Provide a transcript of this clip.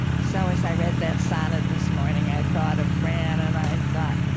so as i read that sonnet this morning, i thought of fran. and i thought,